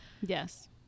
Yes